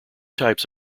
types